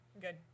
good